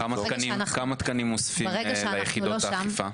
כמה תקנים מוסיפים ליחידותה אכיפה?